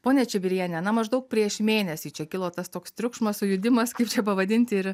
ponia čibirienė na maždaug prieš mėnesį čia kilo tas toks triukšmas sujudimas kaip čia pavadinti ir